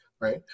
right